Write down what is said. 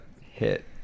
hit